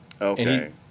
Okay